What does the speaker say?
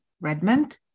Redmond